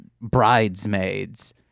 bridesmaids